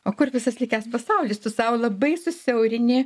o kur visas likęs pasaulis tu sau labai susiaurini